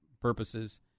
purposes